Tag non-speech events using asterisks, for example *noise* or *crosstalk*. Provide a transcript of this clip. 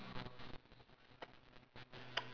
*noise*